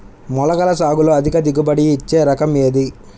మొలకల సాగులో అధిక దిగుబడి ఇచ్చే రకం ఏది?